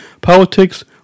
politics